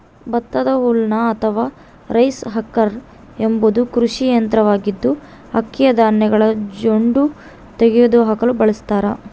ಭತ್ತದ ಹಲ್ಲರ್ ಅಥವಾ rice husker ಎಂಬುದು ಕೃಷಿ ಯಂತ್ರವಾಗಿದ್ದು, ಅಕ್ಕಿಯ ಧಾನ್ಯಗಳ ಜೊಂಡು ತೆಗೆದುಹಾಕಲು ಬಳಸತಾರ